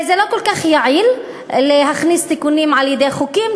זה לא כל כך יעיל להכניס תיקונים על-ידי חוקים,